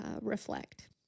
reflect